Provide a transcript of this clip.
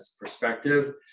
perspective